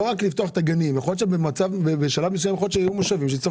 יכול להיות שבשלב מסוים יהיו מושבים שיצטרכו